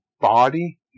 body